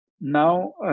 now